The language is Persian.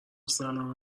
سلام